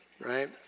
Right